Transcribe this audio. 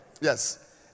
Yes